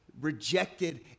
rejected